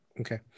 Okay